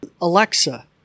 Alexa